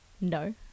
No